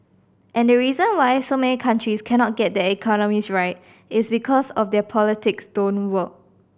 and the reason why so many countries cannot get their economies right it's because their politics don't work